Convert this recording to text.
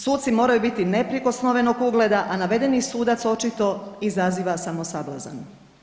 Suci moraju biti neprikosnovenog ugleda, a navedeni sudac očito izaziva samo sablazan.